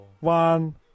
One